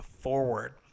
forward